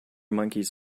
monkeys